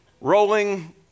rolling